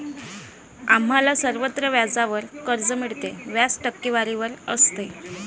आम्हाला सर्वत्र व्याजावर कर्ज मिळते, व्याज टक्केवारीवर असते